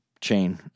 chain